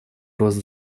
рост